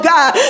God